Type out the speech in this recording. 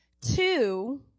Two